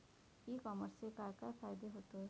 E कॉमर्सचे काय काय फायदे होतत?